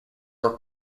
were